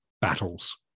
battles